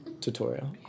Tutorial